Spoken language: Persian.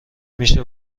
میشه